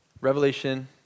revelation